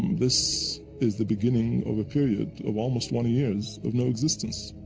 this is the beginning of a period of almost twenty years of no existence.